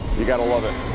you've gotta love it.